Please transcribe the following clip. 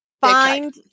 Find